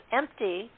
empty